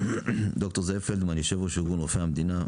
ד"ר זאב פלדמן יושב ראש איגוד רופאי המדינה,